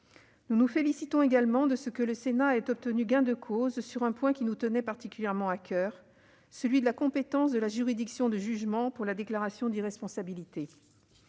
Nous nous félicitons également de ce que le Sénat ait obtenu gain de cause sur un point qui nous tenait particulièrement à coeur, celui de la compétence de la juridiction de jugement pour la déclaration d'irresponsabilité.